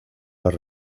las